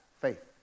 faith